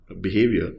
behavior